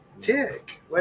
dick